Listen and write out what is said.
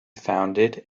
founded